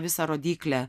visą rodyklę